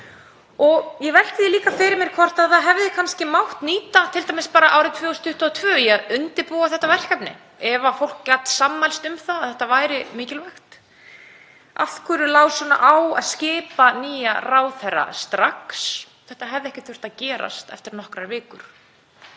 Ég velti því líka fyrir mér hvort kannski hefði mátt nýta árið 2022 í að undirbúa þetta verkefni. Ef fólk gat sammælst um að þetta væri mikilvægt, af hverju lá þá svona á að skipa nýja ráðherra strax? Þetta hefði ekki þurft að gerast eftir nokkrar vikur.